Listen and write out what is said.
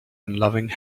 unloving